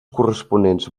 corresponents